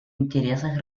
интересах